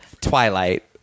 Twilight